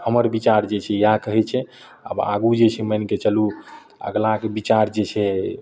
हमर विचार जे छै इएह कहय छै आब आगू जे छै मानिके चलू तऽ अगिलाके विचार जे छै